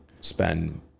spend